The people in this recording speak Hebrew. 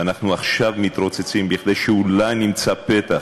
ואנחנו עכשיו מתרוצצים כדי שאולי נמצא פתח,